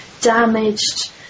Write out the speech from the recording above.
damaged